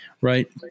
right